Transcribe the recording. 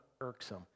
irksome